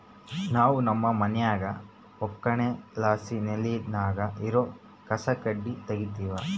ನಾವು ನಮ್ಮ ಮನ್ಯಾಗ ಒಕ್ಕಣೆಲಾಸಿ ನೆಲ್ಲಿನಾಗ ಇರೋ ಕಸಕಡ್ಡಿನ ತಗೀತಿವಿ